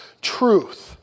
truth